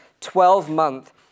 12-month